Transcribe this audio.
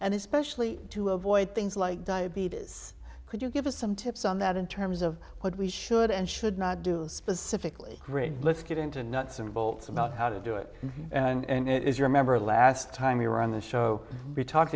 and especially to avoid things like diabetes could you give us some tips on that in terms of what we should and should not do specifically great let's get into nuts and bolts about how to do it and it is you remember last time we were on the show we talk